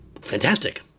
fantastic